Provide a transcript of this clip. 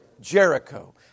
Jericho